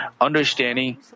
understanding